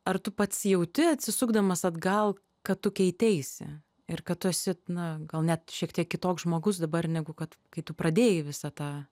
ar tu pats jauti atsisukdamas atgal kad tu keiteisi ir kad tu esi na gal net šiek tiek kitoks žmogus dabar negu kad kai tu pradėjai visą tą